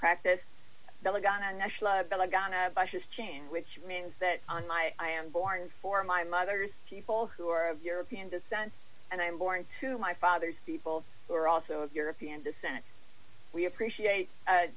change which means that on my i am born for my mother's people who are of european descent and i'm born to my father's people who are also of european descent we appreciate